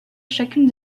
chacune